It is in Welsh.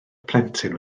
plentyn